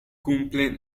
cumple